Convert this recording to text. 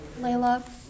Layla